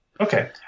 Okay